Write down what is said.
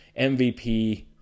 MVP